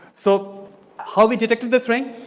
so how we did enter this ring,